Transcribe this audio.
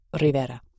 Rivera